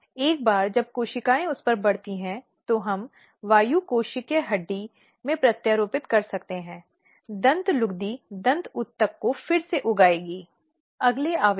और संगठन में महिलाओं की सहायता करने और यह सुनिश्चित करने के लिए सभी आवश्यक सुविधाएँ होनी चाहिए कि वह अपने कार्य स्थल पर सहज हों